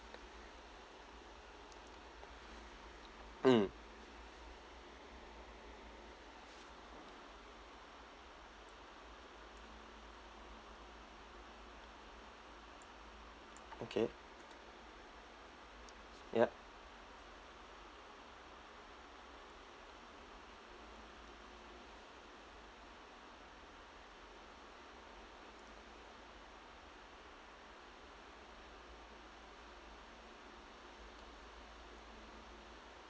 mm okay ya